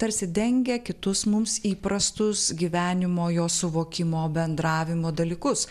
tarsi dengia kitus mums įprastus gyvenimo jo suvokimo bendravimo dalykus